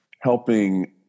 helping